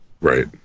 right